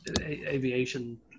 aviation